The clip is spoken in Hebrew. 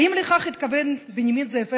האם לכך התכוון בנימין זאב הרצל,